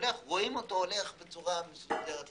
רואים אותו הולך בצורה מסודרת לניידת,